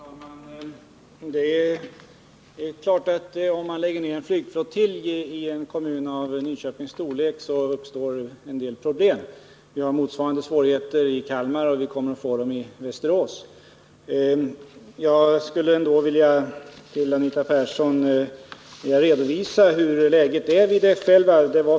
Herr talman! Det är klart att det uppstår en del problem, om man lägger ned en flygflottilj i en kommun av Nyköpings storlek. Vi har motsvarande svårigheter i Kalmar, och vi kommer att få dem i Västerås. Jag skulle för Anita Persson vilja redovisa läget vid F 11.